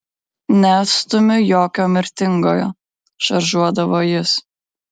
neatstumiu jokio mirtingojo šaržuodavo jis